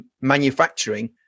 manufacturing